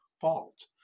fault